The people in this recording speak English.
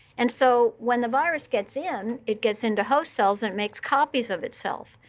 and so when the virus gets in, it gets into host cells. it makes copies of itself.